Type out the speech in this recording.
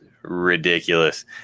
Ridiculous